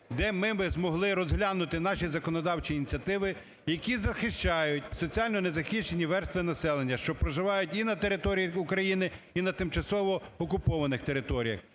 де ми би змогли розглянути наші законодавчі ініціативи, які захищають соціально незахищені верстви населення, що проживають і на території України, і на тимчасово окупованих територіях.